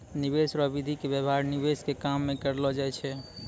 निवेश रो विधि के व्यवहार निवेश के काम मे करलौ जाय छै